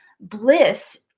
bliss